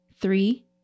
three